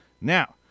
Now